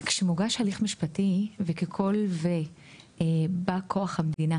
כשמוגש הליך משפטי וככול ובא כוח המדינה,